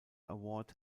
award